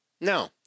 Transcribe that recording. No